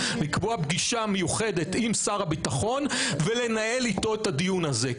לקבוע פגישה מיוחדת עם שר הביטחון ולנהל איתו את הדיון הזה.